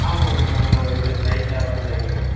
ஆமாங்க நம்ம இது சைட் யாபாரிதானுங்க